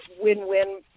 win-win